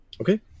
Okay